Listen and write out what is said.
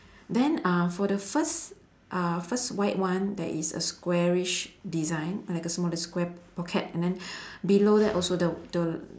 then uh for the first uh first white one there is a squarish design like a smaller square pocket and then below that also the the